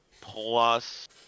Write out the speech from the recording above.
plus